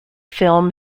film